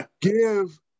Give